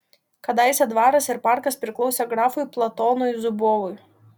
kadaise dvaras ir parkas priklausė grafui platonui zubovui